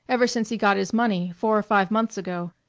ever since he got his money, four or five months ago.